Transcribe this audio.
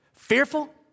Fearful